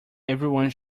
everyone